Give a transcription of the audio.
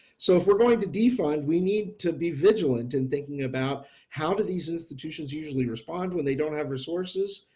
so if we're going to defund, we need to be vigilant in thinking about how do these institutions usually respond when they don't have resources?